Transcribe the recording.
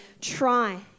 try